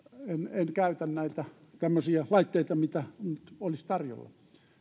en käytä näitä tämmöisiä laitteita mitä nyt olisi tarjolla